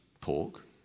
pork